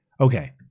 Okay